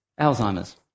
Alzheimer's